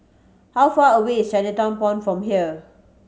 how far away is Chinatown Point from here